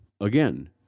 again